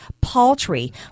paltry